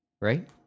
Right